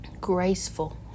graceful